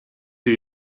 doe